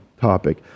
topic